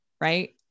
Right